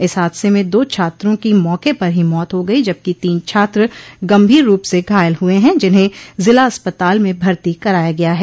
इस हादसे में दो छात्रों की मौके पर ही मौत हो गई जबकि तीन छात्र गंभीर रूप से घायल हुए है जिन्हें जिला अस्पताल में भर्ती कराया गया है